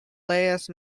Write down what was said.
last